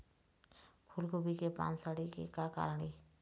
फूलगोभी के पान सड़े के का कारण ये?